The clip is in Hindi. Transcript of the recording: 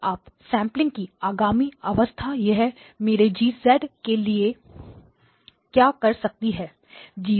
अब अप सैंपलिंग की अगली अवस्था यह मेरे G के लिए क्या कर सकती है